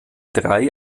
drei